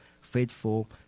Faithful